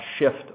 shift